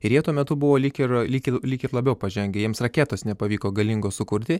ir jie tuo metu buvo lyg ir lyg lyg ir labiau ir pažengę jiems raketos nepavyko galingos sukurti